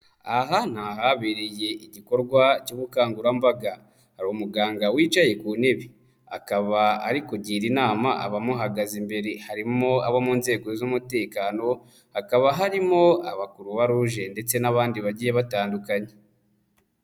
Aha aha habereye igikorwa cy'ubukangurambaga, hari umuganga wicaye ku ntebe, akaba ari kugira inama abamuhagaze imbere, harimo abo mu nzego z'umutekano, hakaba harimo aba Croix rouge ndetse n'abandi bagiye batandukanye.